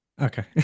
Okay